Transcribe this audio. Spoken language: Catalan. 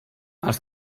els